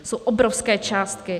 To jsou obrovské částky.